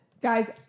Guys